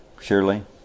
Surely